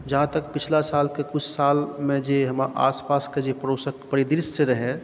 जहाँ तक पिछला सालके कुछ सालमे जे हमर आसपासके जे परिदृश्य रहय